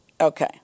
Okay